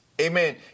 Amen